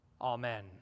Amen